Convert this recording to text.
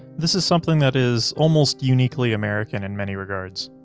this is something that is almost uniquely american in many regards.